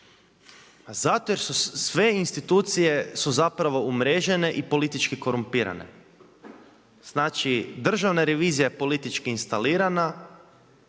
zato jer su sve institucije su zapravo umrežene i politički korumpirane. Znači Državna revizija je politički instalirana,